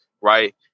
right